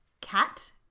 cat